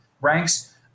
ranks